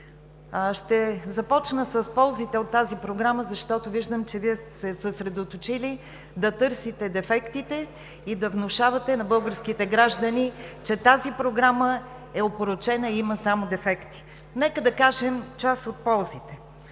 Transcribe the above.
Ще започна с ползите от тази Програма, защото виждам, че Вие сте се съсредоточили да търсите дефектите и да внушавате на българските граждани, че тази Програма е опорочена и има само дефекти. Нека да кажем част от ползите.